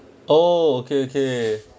oh okay okay